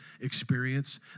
experience